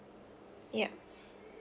ya